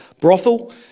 brothel